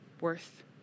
worth